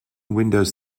windows